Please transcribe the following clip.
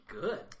good